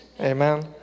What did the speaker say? Amen